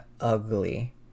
ugly